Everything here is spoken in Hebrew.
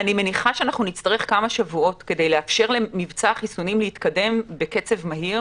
אני מניחה שנצטרך כמה שבועות כדי אפשר למבצע החיסונים להתקדם בקצב מהיר